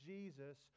Jesus